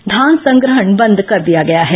धान संग्रहण बंद कर दिया गया है